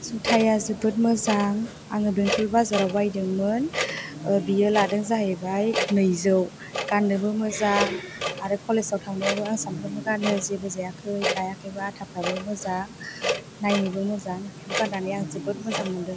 जुथाया जोबोद मोजां आङो बेंतल बाजाराव बायदोंमोन बियो लादों जाहैबाय नैजौ गाननोबो मोजां आरो कलेजआव थांनायावबो आं सामफ्रामबो गानो जेबो जायाखै गायाखैबो आथाफ्राबो मोजां नायनोबो मोजां बेखौ गाननानै आं जोबोद मोजां मोनदों